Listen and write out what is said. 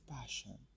passion